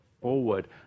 forward